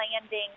Landing